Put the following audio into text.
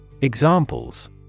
Examples